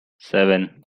seven